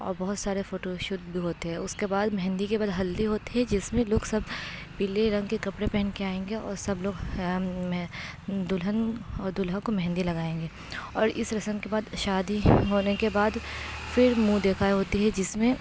اور بہت سارے فوٹو شوٹ بھی ہوتے ہے اس کے بعد مہندی کے بعد ہلدی ہوتی ہے جس میں لوگ سب پیلے رنگ کے کپڑے پہن کے آئیں گے اور سب لوگ دلہن اور دولہا کو مہندی لگائیں گے اور اس رسم کے بعد شادی ہونے کے بعد پھر منہ دکھائی ہوتی ہے جس میں